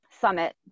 summit